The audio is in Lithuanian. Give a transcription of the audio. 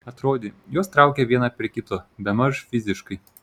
atrodė juos traukia vieną prie kito bemaž fiziškai